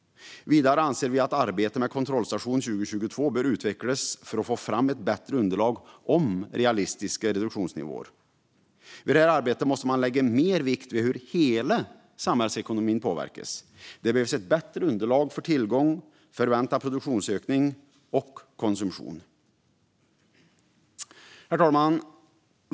Vidare anser vi att arbetet med kontrollstation 2022 bör utvecklas för att få fram ett bättre underlag när det gäller realistiska reduktionsnivåer. I det arbetet måste man lägga mer vikt vid hur hela samhällsekonomin påverkas. Det behövs ett bättre underlag när det gäller tillgång, förväntad produktionsökning och konsumtion. Herr talman!